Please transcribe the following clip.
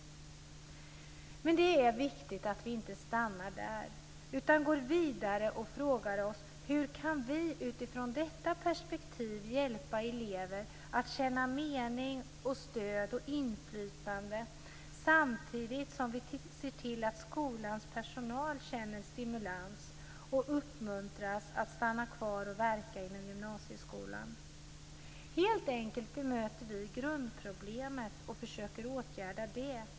Men det är viktigt att vi inte stannar där, utan går vidare och frågar oss: Hur kan vi utifrån detta perspektiv hjälpa elever att känna mening, stöd och inflytande, samtidigt som vi ser till att skolans personal känner stimulans och uppmuntras att stanna kvar och verka inom gymnasieskolan? Vi möter helt enkelt grundproblemet och åtgärdar det.